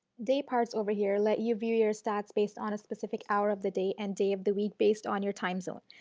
day parts over here let you view your stats based on specific hour of the day and day of the week depending on your time zone.